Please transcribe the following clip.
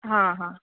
हा हा